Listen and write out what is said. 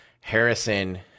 Harrison